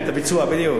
את הביצוע.